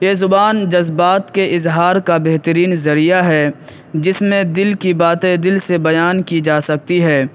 یہ زبان جذبات کے اظہار کا بہترین ذریعہ ہے جس میں دل کی باتیں دل سے بیان کی جا سکتی ہے